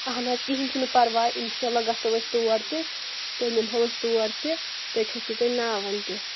اہن حظ کہینۍ چھُنہٕ پرواے انشاء اللہ گَژَھو أسۍ تور تہِ تُہی نِمہوأسۍ تور تہِ تُہی کھٔسِو تَتہِ ناون تہِ